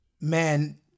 man